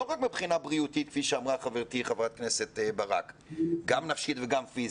ולא רק מבחינה בריאותית אלא גם מבחינה נפשית ופיזית,